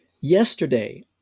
yesterday